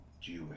Jewish